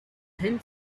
thin